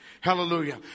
Hallelujah